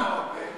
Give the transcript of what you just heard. השלום בפתח.